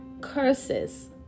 curses